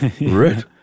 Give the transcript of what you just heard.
Right